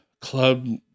club